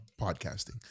podcasting